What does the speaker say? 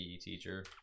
teacher